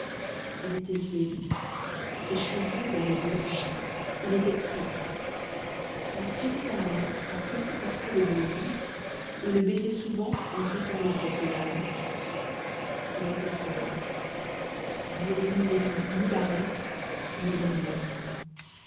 il était vieilli ses cheveux avaient blanchi il était triste il tenait à la main un petit portrait de blondine et le baisait souvent en répandant quelques larmes il était seul blondine ne vit ni la reine ni brunette